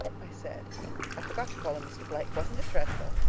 i said i forgot to call him mr. blake. wasn't it dreadful?